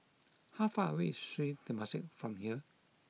how far away is Sri Temasek from here